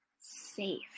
Safe